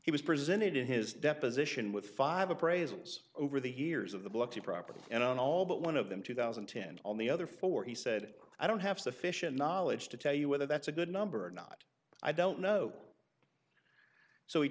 he was presented in his deposition with five appraisals over the years of the blocky property and on all but one of them two thousand and ten on the other four he said i don't have sufficient knowledge to tell you whether that's a good number or not i don't know so he